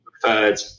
preferred